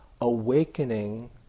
awakening